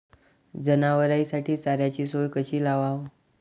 जनावराइसाठी चाऱ्याची सोय कशी लावाव?